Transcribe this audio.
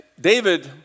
David